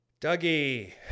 Dougie